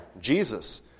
Jesus